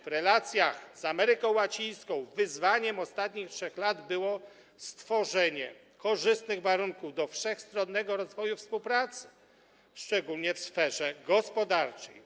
W relacjach z Ameryką Łacińską wyzwaniem ostatnich 3 lat było stworzenie korzystnych warunków do wszechstronnego rozwoju współpracy, szczególnie w sferze gospodarczej.